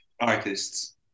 artists